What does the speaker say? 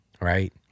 right